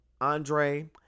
Andre